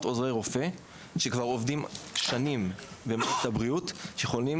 עוזרי רופא שכבר עובדים שנים במערכת הבריאות וחולמים